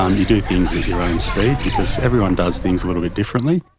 um you do things at your own speed because everyone does things a little bit differently.